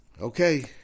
Okay